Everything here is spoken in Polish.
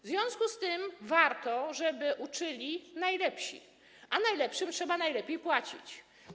W związku z tym warto, żeby uczyli najlepsi, a najlepszym trzeba najlepiej płacić.